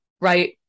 right